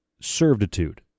servitude